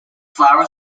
flowers